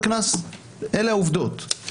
בקלות היינו סביב הנושא של התקנות והצו יכולים לקיים